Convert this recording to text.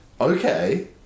Okay